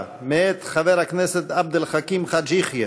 מאת חבר הכנסת עבד אל חכים חאג' יחיא.